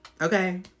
Okay